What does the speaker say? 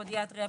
פודיאטריה,